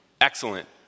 Excellent